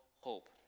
hope